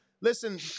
Listen